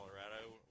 Colorado